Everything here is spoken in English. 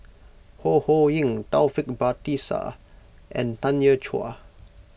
Ho Ho Ying Taufik Batisah and Tanya Chua